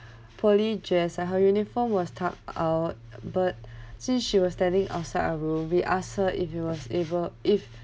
fully dressed and her uniform was tucked out but since she was standing outside our room we asked her if he was able if